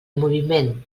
moviment